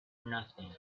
nothing